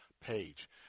page